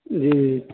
جی جی